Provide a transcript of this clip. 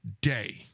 day